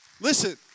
Listen